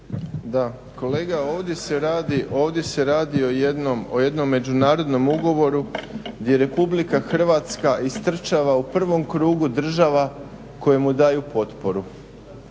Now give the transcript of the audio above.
Da, kolega ovdje se radi o jednom međunarodnom ugovoru gdje RH istrčava u prvom krugu država koje mu daju potporu.